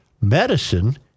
medicine